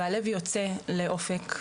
הלב יוצא לאופק,